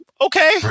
okay